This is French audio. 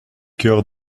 cœur